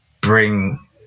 bring